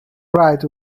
right